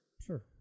Sure